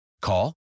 Call